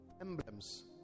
emblems